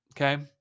Okay